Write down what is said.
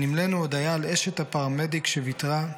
נמלאנו הודיה על אשת הפרמדיק שוויתרה,